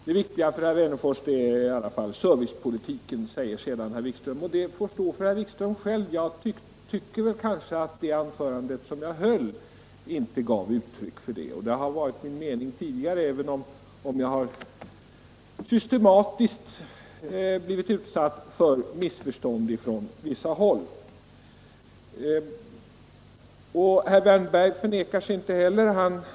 Det viktiga för herr Wennerfors är i alla fall servicepolitiken, säger sedan herr Wikström. Det omdömet får stå för herr Wikström själv. Jag tycker åtminstone att det anförande jag höll inte gav uttryck för något sådant. Det har inte varit min mening tidigare heller att göra det, även om jag systematiskt blivit utsatt för missförstånd från vissa håll. Herr Wärnberg förnekar sig inte heller.